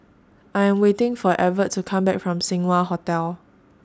I Am waiting For Evert to Come Back from Seng Wah Hotel